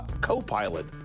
Copilot